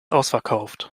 ausverkauft